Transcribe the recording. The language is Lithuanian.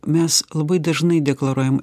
mes labai dažnai deklaruojam